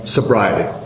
Sobriety